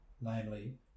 namely